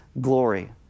glory